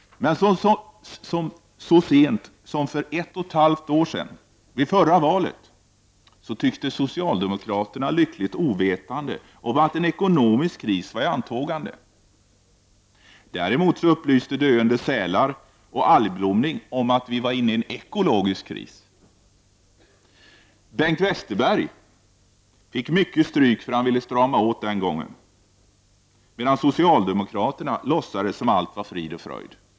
Men så sent som för ett och ett halvt år sedan, vid förra valet, tycktes socialdemokraterna lyckligt ovetande om att en ekonomisk kris var i antågande. Däremot upplyste döende sälar och algblomningen om att vi var inne i en ekologisk kris. Bengt Westerberg fick mycket stryk för att han ville strama åt den gången, medan socialdemokraterna låtsades som om allt var frid och fröjd.